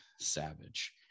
savage